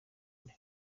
undi